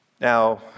Now